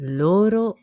loro